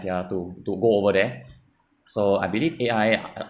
ya to to go over there so I believe A_I